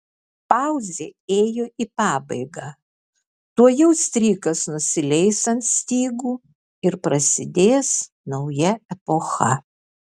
pauzė ėjo į pabaigą tuojau strykas nusileis ant stygų ir prasidės nauja epocha